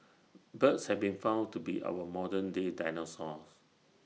birds have been found to be our modern day dinosaurs